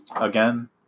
Again